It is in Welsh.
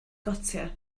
gotiau